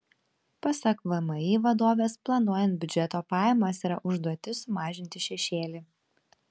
pasak vmi vadovės planuojant biudžeto pajamas yra užduotis sumažinti šešėlį